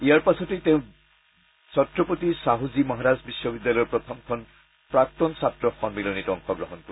ইয়াৰ পাছতে বিয়লি তেওঁ চত্ৰপটি ছাহু জী মহাৰাজ বিশ্ববিদ্যালয়ৰ প্ৰথমখন প্ৰাক্তন ছাত্ৰ সন্মিলনীত অংশগ্ৰহণ কৰিব